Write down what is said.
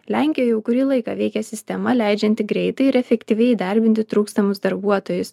lenkijoj jau kurį laiką veikia sistema leidžianti greitai ir efektyviai įdarbinti trūkstamus darbuotojus